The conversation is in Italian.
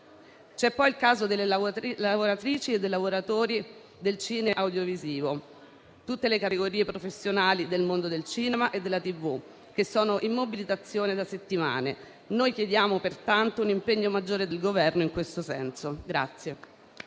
è poi il caso delle lavoratrici e dei lavoratori del settore cine-audiovisivo, di tutte le categorie professionali del mondo del cinema e della TV, che sono in mobilitazione da settimane. Noi chiediamo, pertanto, un impegno maggiore del Governo in questo senso.